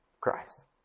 Christ